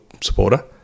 supporter